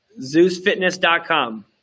ZeusFitness.com